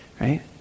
right